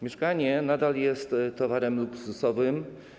Mieszkanie nadal jest towarem luksusowym.